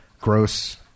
gross